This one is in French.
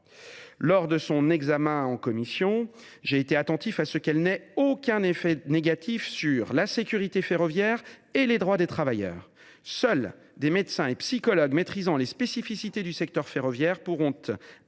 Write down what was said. de cet article en commission, j’ai veillé à ce que cette disposition n’ait aucun effet négatif sur la sécurité ferroviaire et les droits des travailleurs. Seuls des médecins et psychologues maîtrisant les spécificités du secteur ferroviaire pourront